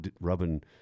rubbing